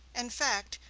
in fact,